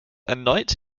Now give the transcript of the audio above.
erneut